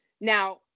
Now